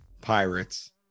pirates